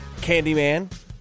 Candyman